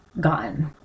gotten